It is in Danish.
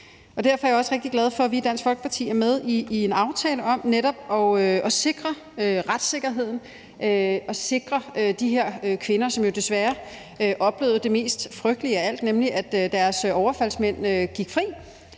og derfor er jeg også rigtig glad for, at vi i Dansk Folkeparti er med i en aftale om netop at sikre retssikkerheden og sikre de her kvinder, som jo desværre oplevede det mest frygtelige af alt, nemlig at deres overfaldsmænd gik fri,